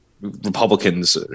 Republicans